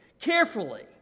carefully